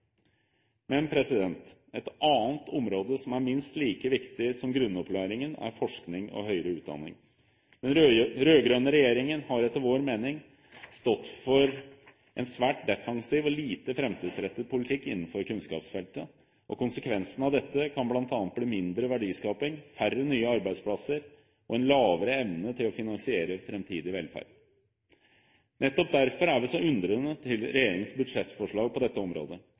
Et annet område som er minst like viktig som grunnopplæringen, er forskning og høyere utdanning. Den rød-grønne regjeringen har etter vår mening stått for en svært defensiv og lite framtidsrettet politikk innenfor kunnskapsfeltet, og konsekvensen av dette kan bl.a. bli mindre verdiskaping, færre nye arbeidsplasser og en lavere evne til å finansiere en framtidig velferd. Nettopp derfor er vi så undrende til regjeringens budsjettforslag på dette området.